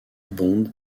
bond